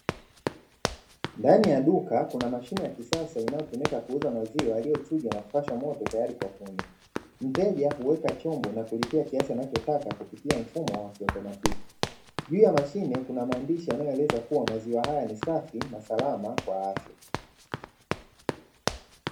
Ndani ya duka kuna mashine ya kissa inayotumika kuuza maziwa yaliyochujwa na kupashwa moto tayari kwa kunywa. Mteja uweka chombo na kulipia kiasi anachotaka kupitia mfumo wa kiautomatiki, juu ya mashine kuna maandishi yanayoeleza kuwa maziwa haya ni safi na salama kwa afya.